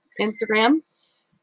Instagram